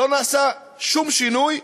לא נעשה שום שינוי,